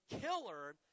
killer